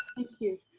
thank you.